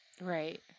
Right